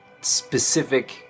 specific